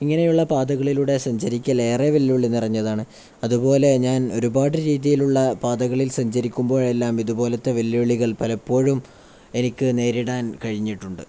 ഇങ്ങനെയുള്ള പാതകളിലൂടെ സഞ്ചരിക്കൽ ഏറെ വെല്ലുവിളി നിറഞ്ഞതാണ് അതുപോലെ ഞാൻ ഒരുപാട് രീതിയിലുള്ള പാതകളിൽ സഞ്ചരിക്കുമ്പോഴെല്ലാം ഇതുപോലത്തെ വെല്ലുവിളികൾ പലപ്പോഴും എനിക്ക് നേരിടാൻ കഴിഞ്ഞിട്ടുണ്ട്